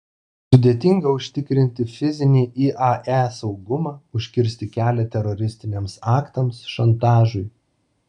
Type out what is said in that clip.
sudėtinga užtikrinti fizinį iae saugumą užkirsti kelią teroristiniams aktams šantažui